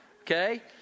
Okay